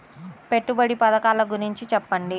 పెట్టుబడి పథకాల గురించి చెప్పండి?